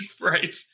Right